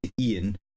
Ian